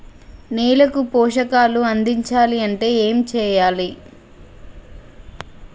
నేలకు పోషకాలు అందించాలి అంటే ఏం చెయ్యాలి?